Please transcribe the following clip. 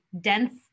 dense